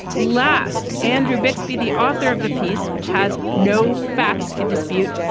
last, andrew bixby, the author of the piece, which has no facts in dispute,